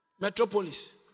Metropolis